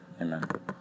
Amen